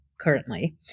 currently